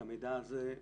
את המידע הזה,